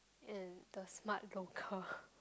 and the smart joker